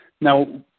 Now